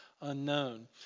unknown